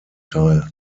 teil